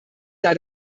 sah